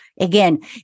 Again